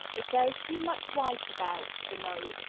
if there is too much white about the nose,